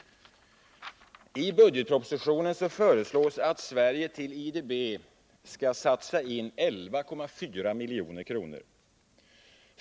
I budgetpropositionen föreslås att Sverige till IDB skall satsa 11,4 milj.kr.